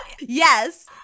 yes